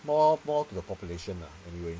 more more to the population lah anyway